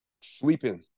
sleeping